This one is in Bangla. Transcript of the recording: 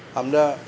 আমরা